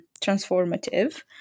transformative